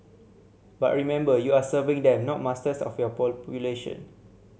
but remember you are serving them not masters of your population